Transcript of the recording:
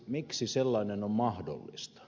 miksi sellainen on mahdollista